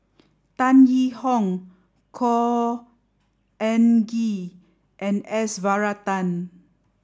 Tan Yee Hong Khor Ean Ghee and S Varathan